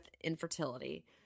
infertility